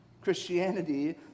Christianity